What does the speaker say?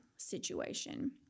situation